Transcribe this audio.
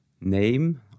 name